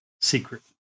secret